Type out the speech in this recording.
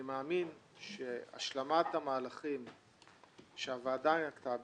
אני מאמין שהשלמת המהלכים שהוועדה נקטה בהם,